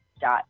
dot